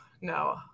no